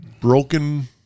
broken